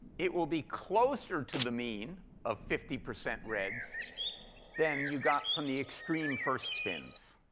it will be closer to the mean of fifty percent reds than you got from the extreme first spins.